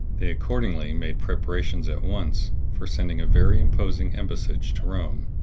they accordingly made preparations at once for sending a very imposing embassage to rome.